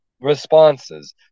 responses